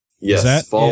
Yes